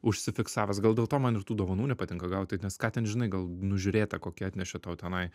užsifiksavęs gal dėl to man ir tų dovanų nepatinka gaut nes ką ten žinai gal nužiūrėtą kokią atnešė tau tenai